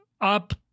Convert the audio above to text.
up